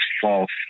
false